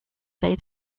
say